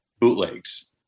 bootlegs